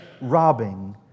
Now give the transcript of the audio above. robbing